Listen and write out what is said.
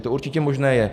To určitě možné je.